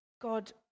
God